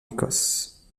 écosse